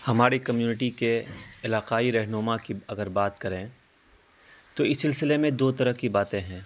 ہماری کمیونٹی کے علاقائی رہنما کی اگر بات کریں تو اس سلسلے میں دو طرح کی باتیں ہیں